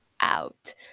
out